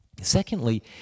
Secondly